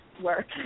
work